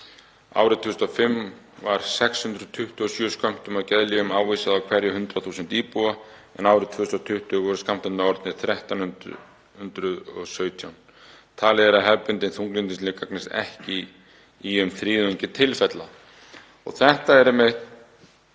Árið 2005 var 627 skömmtum af geðlyfjum ávísað á hverja 100.000 íbúa, en árið 2020 voru skammtarnir orðnir 1.317. Talið er að hefðbundin þunglyndislyf gagnist ekki í um þriðjungi tilfella. Þetta er